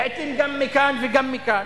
לעתים גם מכאן וגם מכאן.